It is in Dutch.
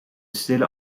stille